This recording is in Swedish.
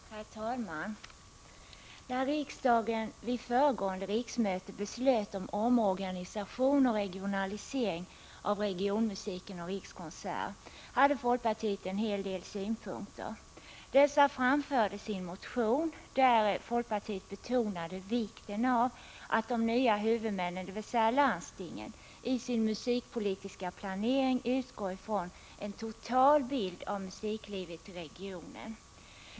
Herr talman! När riksdagen vid föregående riksmöte beslöt om omorganisation och regionalisering av regionmusiken och Rikskonserter hade folkpartiet en hel del synpunkter. Dessa framfördes i en motion där folkpartiet betonade vikten av att de nya huvudmännen, dvs. landstingen, i sin musikpolitiska planering utgår från en total bild av musiklivet i regionen.